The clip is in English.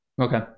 Okay